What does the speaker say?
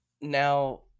Now